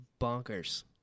bonkers